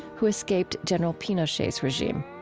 who escaped general pinochet's regime.